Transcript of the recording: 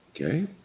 okay